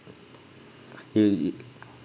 is it